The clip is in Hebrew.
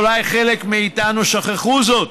אולי חלק מאיתנו שכחו זאת,